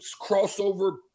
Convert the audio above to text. Crossover